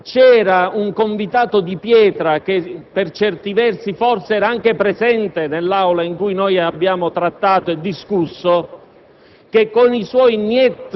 C'era un convitato di pietra, che forse era anche presente nell'aula in cui abbiamo trattato e discusso,